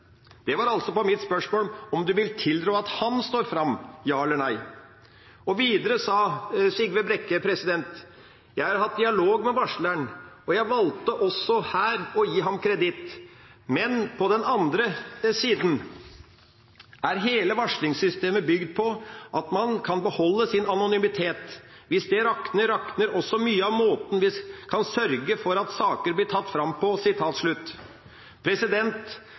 Det var altså svar på mitt spørsmål: «Vil du tilrå at han står fram? Ja eller nei?». Videre sa Sigve Brekke: «Jeg har hatt dialog med varsleren, og jeg valgte også her å gi ham kredit, men på den andre siden er hele varslingssystemet bygd på at man kan beholde sin anonymitet. Hvis det rakner, rakner også mye av måten vi kan sørge for at saker blir tatt fram på.»